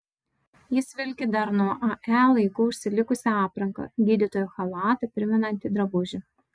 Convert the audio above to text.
jis vilki dar nuo ae laikų užsilikusią aprangą gydytojo chalatą primenantį drabužį